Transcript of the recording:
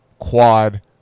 Quad